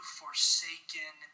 forsaken